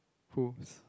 whose